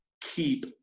keep